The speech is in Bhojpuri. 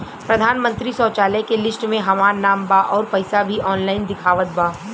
प्रधानमंत्री शौचालय के लिस्ट में हमार नाम बा अउर पैसा भी ऑनलाइन दिखावत बा